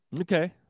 Okay